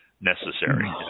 necessary